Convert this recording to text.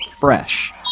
fresh